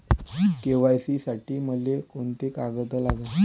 KYC साठी मले कोंते कागद लागन?